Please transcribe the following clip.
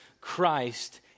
Christ